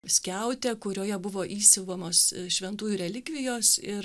skiautė kurioje buvo įsiuvamos šventųjų relikvijos ir